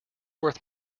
worth